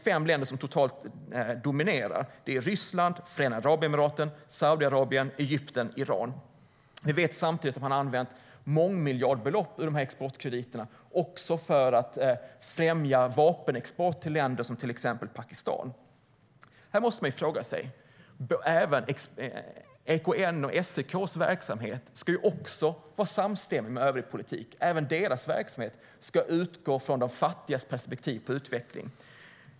Fem länder dominerar: Ryssland, Förenade Arabemiraten, Saudiarabien, Egypten och Iran. Vi vet att man har använt mångmiljardbelopp ur dessa exportkrediter för att främja vapenexport till exempelvis Pakistan. Här måste man ställa sig en del frågor. Även EKN:s och SEK:s verksamhet ska vara samstämmig med övrig politik. Även deras verksamhet ska utgå från de fattigas perspektiv på utveckling.